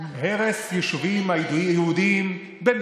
הרס יישובים יהודיים זה לא החלטה של בג"ץ,